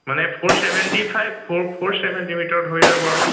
মানে four seventy five four four ছেভেণ্টিৰ ভিতৰত হৈ যাব আৰু